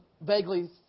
vaguely